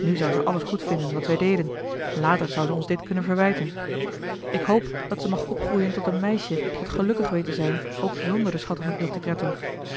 nu zou ze alles goed vinden wat wij deden later zou ze ons dit kunnen verwijten ik hoop dat ze mag opgroeien tot een meisje dat gelukkig weet te zijn ook zonder de schatten van